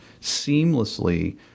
seamlessly